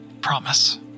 Promise